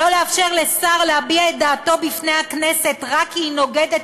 לא לאפשר לשר להביע את דעתו בפני הכנסת רק כי היא נוגדת